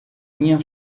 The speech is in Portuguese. minha